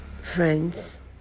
friends